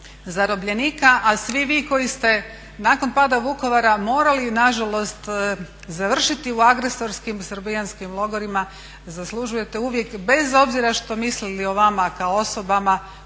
zarobljenika. A svi vi koji ste nakon pada Vukovara morali nažalost završiti u agresorskim, srbijanskim logorima zaslužujete uvijek, bez obzira što mislili o vama kao osobama